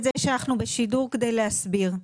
זה לא משהו חדש.